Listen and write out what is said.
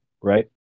right